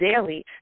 daily